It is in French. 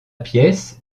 pièce